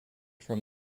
from